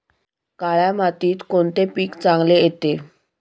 काळ्या मातीत कोणते पीक चांगले येते?